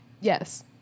Yes